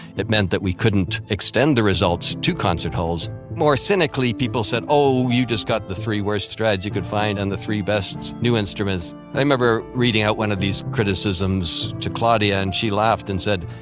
it meant that we couldn't extend the results to concert halls. more cynically, people said, oh, you just got the three worst strads you could find, and the three best new instruments. i remember reading out one of these criticisms to claudia, and she laughed and said,